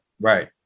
Right